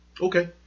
Okay